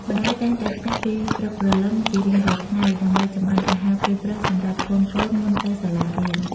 ម្តាយតែងតែភ្ញាក់ពីព្រឹកព្រលឹមជារៀងរាល់ថ្ងៃ ដើម្បីចម្អិនអាហារពេលព្រឹកសម្រាប់កូនៗមុនទៅសាលារៀន។